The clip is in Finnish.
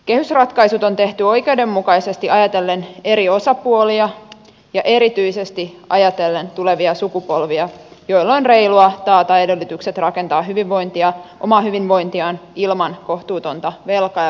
kehysratkaisut on tehty oikeudenmukaisesti ajatellen eri osapuolia ja erityisesti ajatellen tulevia sukupolvia joille on reilua taata edellytykset rakentaa omaa hyvinvointiaan ilman kohtuutonta velka ja verotaakkaa